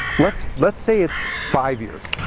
let's, let's say it's five years,